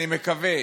אני מקווה,